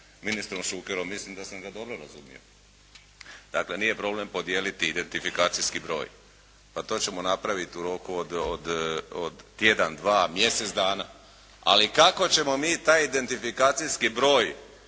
ministrom Šukerom, mislim da sam ga dobro razumio. Dakle, nije problem podijeliti identifikacijski broj, pa to ćemo napraviti u roku od, tjedan, dva, mjesec dana, ali kako ćemo i taj identifikacijski broj